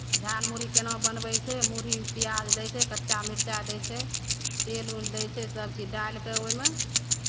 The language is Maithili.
झाल मुरही केना बनबै छै मुरहीमे पियाज दै छै कच्चा मिरचा दै छै तेल उल दै छै सभ चीज डालि कऽ ओहिमे